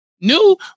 new